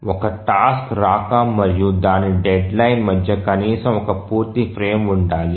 ఒక టాస్క్ రాక మరియు దాని డెడ్లైన్ మధ్య కనీసం ఒక పూర్తి ఫ్రేమ్ ఉండాలి